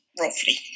roughly